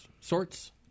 sorts